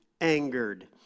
angered